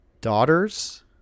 daughters